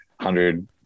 hundred